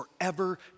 forever